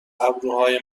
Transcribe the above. ابروهای